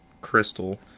Crystal